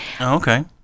okay